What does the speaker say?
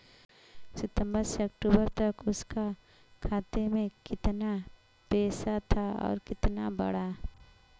सितंबर से अक्टूबर तक उसका खाता में कीतना पेसा था और कीतना बड़ा?